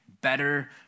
better